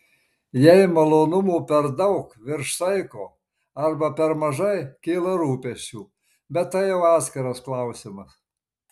jei malonumų per daug virš saiko arba per mažai kyla rūpesčių bet tai jau atskiras klausimas